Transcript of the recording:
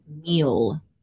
meal